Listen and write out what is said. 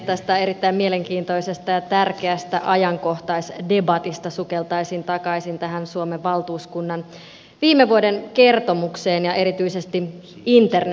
tästä erittäin mielenkiintoisesta ja tärkeästä ajankohtaisdebatista sukeltaisin takaisin tähän suomen valtuuskunnan viime vuoden kertomukseen ja erityisesti internetasioihin